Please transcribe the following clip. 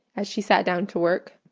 as she sat down to work,